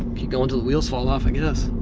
keep going until the wheels fall off i guess.